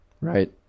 right